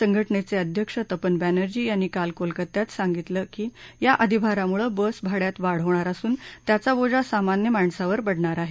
संघटनेचे अध्यक्ष तपन बॅनर्जी यांनी काल कोलकात्यात सांगितलं की या अधिभारामुळं बस भाड्यात वाढ होणार असून त्याचा बोजा सामान्य माणसावर पडणार आहे